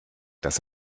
dass